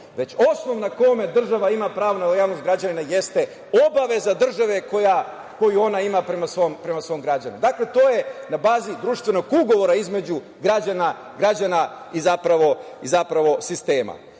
već osnov na kome država ima pravo na javnost građanina jeste obaveza države koju ona ima prema svom građaninu. Dakle, to je na bazi društvenog ugovora između građana i zapravo sistema. Na